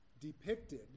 depicted